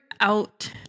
out